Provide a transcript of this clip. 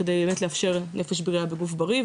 כדי באמת לאפשר נפש בריאה בגוף בריא,